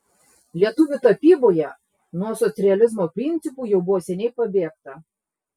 lietuvių tapyboje nuo socrealizmo principų jau buvo seniai pabėgta